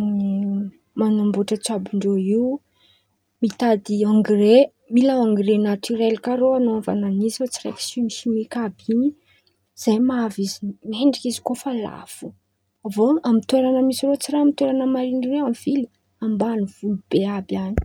manambôtra tsabondreo io mitady angre mila angre natiorely kà reo anan̈aovan̈a izy fa tsy raiky simisimika àby in̈y. Zay maha avy izy mendriky izy kô fa lafo avy eo amy toeran̈a misy reo tsy raha amy toeran̈a marin̈irin̈y oe amy vily fa ambanivolo be àby an̈y.